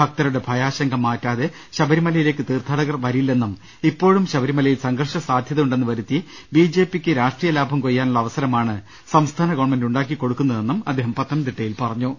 ഭക്തരുടെ ഭയാശങ്ക മാറ്റാതെ ശബരിമലയിലേക്ക് തീർത്ഥാട കർ വരില്ലെന്നും ഇപ്പോഴും ശബരിമലയിൽ സംഘർഷ സാധ്യത ഉണ്ടെന്ന് വരുത്തി ബി ജെപിയ്ക്ക് രാഷ്ട്രീയലാഭം കൊയ്യാനുള്ള അവസരമാണ് സംസ്ഥാന ഗവൺമെന്റ് ഉണ്ടാക്കിക്കൊടുക്കുന്നതെന്നും അദ്ദേഹം പത്തനംതിട്ടയിൽ പറഞ്ഞു